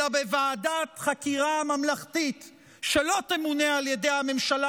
אלא בוועדת חקירה ממלכתית שלא תמונה על ידי הממשלה,